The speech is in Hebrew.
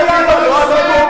זה לא הליכוד.